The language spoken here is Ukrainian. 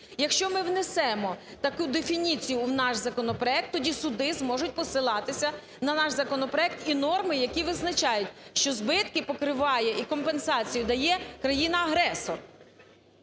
Якщо ми внесемо таку дефініцію в наш законопроект, тоді суди зможуть посилатися на наш законопроект і норми, які визначають, що збитки покриває і компенсацію дає країна-агресор.